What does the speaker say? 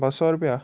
ॿ सौ रुपया